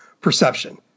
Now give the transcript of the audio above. perception